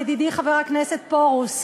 ידידי חבר הכנסת פרוש,